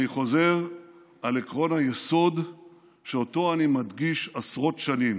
אני חוזר על עקרון היסוד שאותו אני מדגיש עשרות שנים: